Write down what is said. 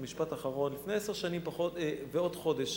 במשפט אחרון: לפני עשר שנים ועוד חודש